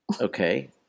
Okay